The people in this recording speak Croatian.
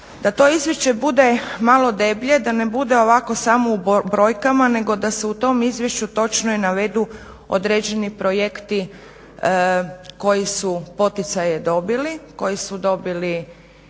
da to izvješće bude malo deblje, da ne bude ovako samo u brojkama, nego da se u tom izvješću točno i navedu određeni projekti koji su poticaje dobili, koji su dobili i